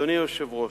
אדוני היושב-ראש,